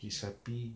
he's happy